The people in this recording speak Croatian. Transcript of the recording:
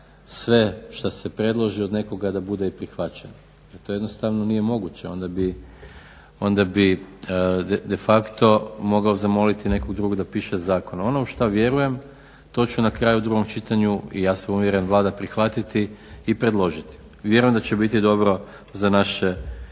sve što se predloži od nekoga da bude i prihvaćeno. To jednostavno nije moguće. Onda bi de facto mogao zamoliti nekog drugog da piše zakon. Ono u što vjerujem to ću na kraju u drugom čitanju i ja sam uvjeren Vlada prihvatiti i predložiti. I vjerujem da će biti dobro za naše